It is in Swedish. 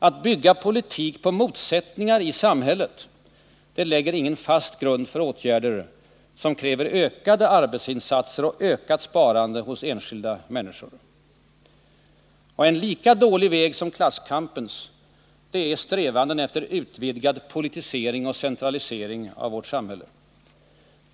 Att bygga politik på motsättningar i samhället lägger ingen fast grund för åtgärder som kräver ökade arbetsinsatser och ökat En lika dålig väg som klasskampens är strävanden efter utvidgad politisering och centralisering av vårt samhälle.